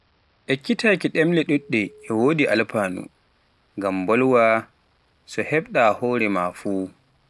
ekkitaaki ɗemmle ɗuɗɗe e wodi alfaanu ngam mɓolwa so hebɗa hore maa fuu.